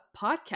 podcast